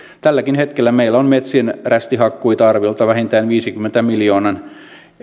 tälläkin hetkellä meillä on metsien rästihakkuita arviolta vähintään viidenkymmenen miljoonan